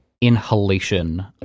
inhalation